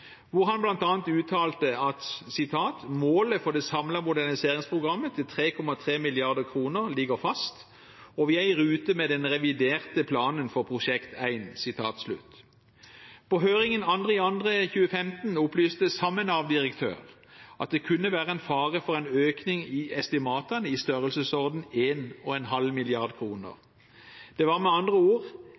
hvor han bl.a. uttalte at «målet for det samlede moderniseringsprogrammet til 3,3 mrd. kr ligger fast, og vi er i rute med den reviderte planen for Prosjekt 1». På høringen 2. februar 2015 opplyste samme Nav-direktør at det kunne være en fare for en økning i estimatene i størrelsesordenen 1,5 mrd. kr. Det var med andre ord